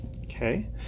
okay